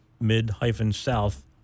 mid-south